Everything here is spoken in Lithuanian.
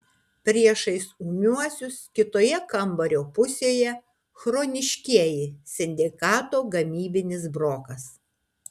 priešais ūmiuosius kitoje kambario pusėje chroniškieji sindikato gamybinis brokas